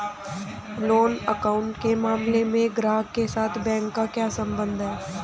Loan account के मामले में ग्राहक के साथ बैंक का क्या संबंध है?